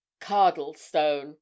Cardlestone